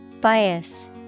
Bias